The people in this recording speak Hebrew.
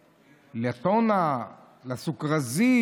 לטונה, לסוכרזית.